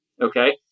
Okay